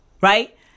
right